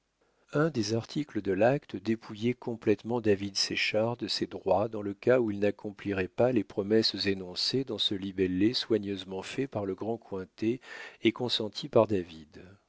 un des articles de l'acte dépouillait complétement david séchard de ses droits dans le cas où il n'accomplirait pas les promesses énoncées dans ce libellé soigneusement fait par le grand cointet et consenti par david